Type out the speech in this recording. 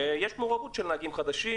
יש מעורבות של נהגים חדשים,